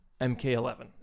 mk11